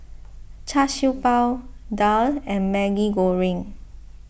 Char Siew Bao Daal and Maggi Goreng